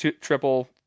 triple